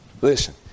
Listen